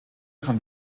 kann